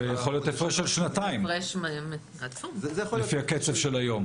זה יכול להיות הפרש של שנתיים, לפי הקצב של היום.